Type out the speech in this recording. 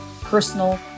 personal